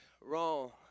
wrong